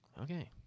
Okay